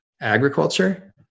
agriculture